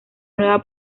nueva